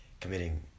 committing